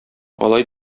алай